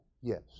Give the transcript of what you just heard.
yes